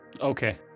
Okay